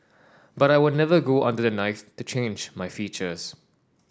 but I would never go under the knife to change my features